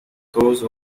those